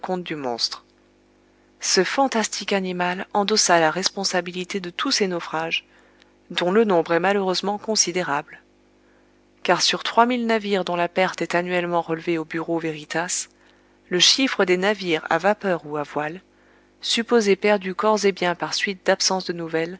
du monstre ce fantastique animal endossa la responsabilité de tous ces naufrages dont le nombre est malheureusement considérable car sur trois mille navires dont la perte est annuellement relevée au bureau veritas le chiffre des navires à vapeur ou à voiles supposés perdus corps et biens par suite d'absence de nouvelles